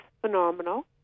phenomenal